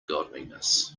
godliness